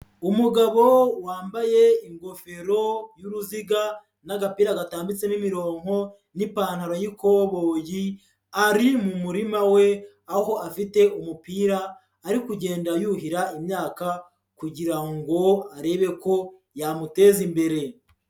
Umugabo wambaye ingofero y'uruziga n'agapira gatambitse imironko n'ipantaro y'ikoboyi, ari mu murima we aho afite umupira ari kugenda yuhira imyaka kugira ngo arebe ko yamuteza imbere.